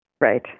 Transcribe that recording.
Right